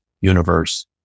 universe